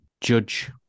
judge